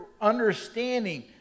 understanding